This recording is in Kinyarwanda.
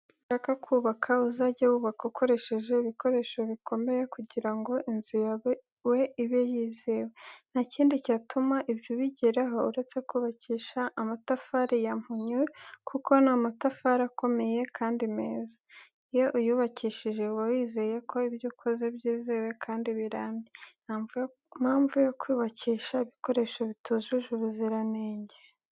Nushaka kubaka uzajye wubaka ukoresheje ibikoresho bikomeye kugira ngo inzu yawe ibe yizewe, nta kindi cyatuma ibyo ubigeraho uretse kubakisha amatafari ya mpunyu kuko n'amatafari akomeye kandi meza. Iyo uyubakishije uba wizeye ko ibyo ukoze byizewe kandi birambye. Nta mpamvu yo kubakisha ibikoresho bitujuje ubuziranenge.